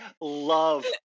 love